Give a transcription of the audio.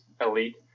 elite